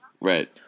Right